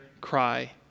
cry